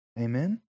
Amen